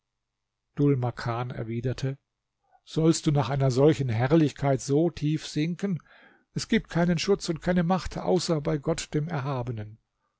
makan erwiderte sollst du nach einer solchen herrlichkeit so tief sinken es gibt keinen schutz und keine macht außer bei gott dem erhabenen